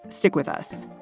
stick with us.